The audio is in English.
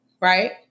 right